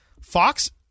Fox